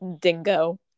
dingo